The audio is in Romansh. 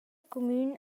cumün